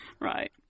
Right